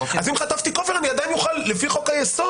אז אם חטפתי כופר אני עדיין אוכל לפי חוק-היסוד